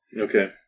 Okay